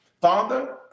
Father